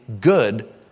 good